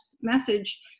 message